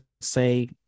say